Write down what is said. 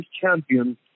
champion